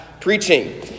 preaching